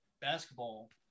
basketball